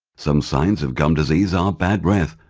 some signs of gum disease are bad breath,